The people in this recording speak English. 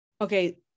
okay